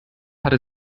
hatte